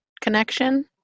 connection